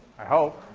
i hope.